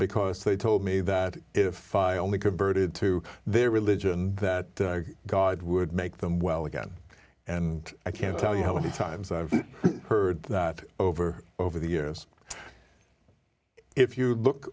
because they told me that if i only could birded to their religion that god would make them well again and i can't tell you how many times i've heard that over over the years if you look